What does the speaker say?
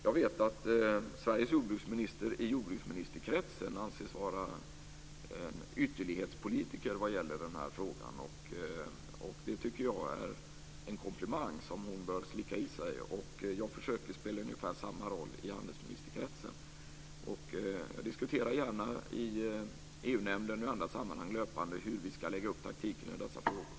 Jag vet att Sveriges jordbruksminister i jordbruksministerkretsen anses vara en ytterlighetspolitiker vad gäller den här frågan. Det tycker jag är en komplimang som hon bör slicka i sig. Jag försöker spela ungefär samma roll i handelsministerkretsen. Jag diskuterar gärna i EU-nämnden och i andra sammanhang löpande hur vi ska lägga upp taktiken i dessa frågor.